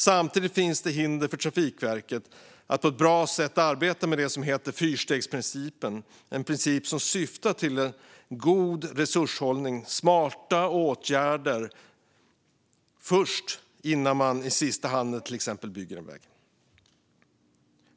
Samtidigt finns det hinder för Trafikverket att på ett bra sätt arbeta med det som kallas fyrstegsprincipen, en princip som syftar till god resurshushållning och smarta åtgärder först, innan man i sista hand till exempel bygger en väg.